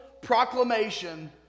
proclamation